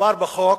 מדובר בחוק